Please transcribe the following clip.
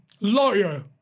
lawyer